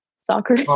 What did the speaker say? soccer